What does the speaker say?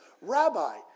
Rabbi